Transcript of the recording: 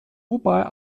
wobei